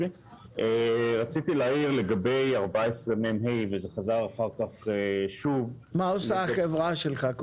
רציתי להעיר לגבי סעיף 14מה. מה עושה החברה שלך?